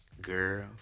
girl